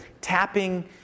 tapping